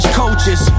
coaches